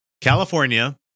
California